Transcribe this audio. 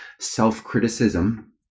self-criticism